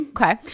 Okay